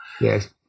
Yes